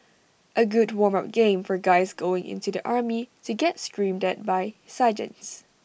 A good warm up game for guys going into the army to get screamed at by sergeants